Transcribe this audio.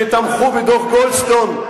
שתמכו בדוח-גולדסטון,